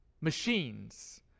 machines